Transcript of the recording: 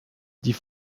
die